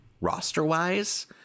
roster-wise